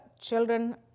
children